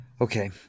Okay